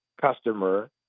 customer